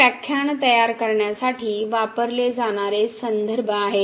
हे व्याख्यान तयार करण्यासाठी वापरले जाणारे संदर्भ आहेत